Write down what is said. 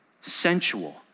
sensual